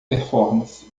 performance